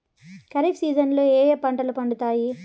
ఖరీఫ్ సీజన్లలో ఏ ఏ పంటలు పండుతాయి